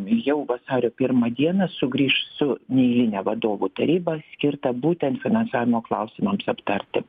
jau vasario pirmą dieną sugrįš su neeiline vadovų taryba skirta būtent finansavimo klausimams aptarti